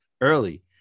early